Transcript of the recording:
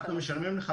אנחנו משלמים לך,